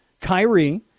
Kyrie